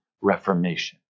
reformation